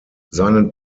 seinen